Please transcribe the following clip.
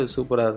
Super